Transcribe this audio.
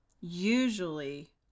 usually